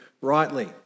rightly